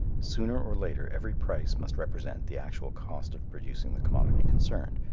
sooner or later every price must represent the actual cost of producing the commodity concerned,